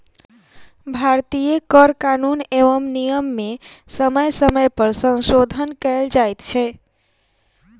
भारतीय कर कानून एवं नियम मे समय समय पर संशोधन कयल जाइत छै